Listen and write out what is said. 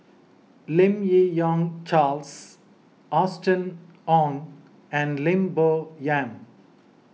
Lim Yi Yong Charles Austen Ong and Lim Bo Yam